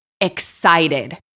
excited